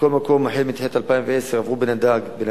מכל מקום, מתחילת 2010 עברו בנתב"ג